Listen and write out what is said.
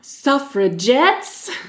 suffragettes